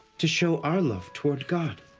to show our love toward god.